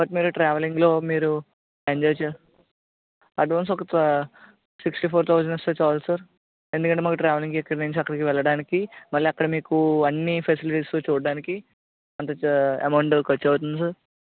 but మీరు ట్రావెలింగ్లో మీరు ఎంజాయ్ చేసి అడ్వాన్స్ ఒక సిక్స్టీ ఫోర్ థౌసండ్ ఇస్తే చాలు సార్ ఎందుకంటే మాకు ట్రావెలింగ్ ఇక్కడ నుంచి అక్కడికి వెళ్ళడానికి మళ్ళీ అక్కడ మీకు అన్ని ఫెసిలిటీస్ చూడటానికి అంత ఛా అమౌంట్ ఖర్చు అవుతుంది సార్